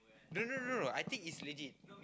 no no no no I think is legit